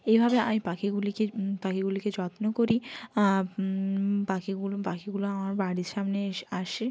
এইভাবে আমি পাখিগুলিকে পাখিগুলিকে যত্ন করি পাখিগুলো পাখিগুলো আমার বাড়ির সামনে আসে